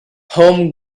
home